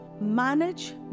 manage